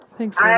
Thanks